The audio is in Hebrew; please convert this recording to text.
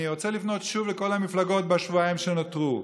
אני רוצה לפנות שוב לכל המפלגות בשבועיים שנותרו.